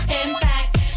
impact